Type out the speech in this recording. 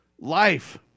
life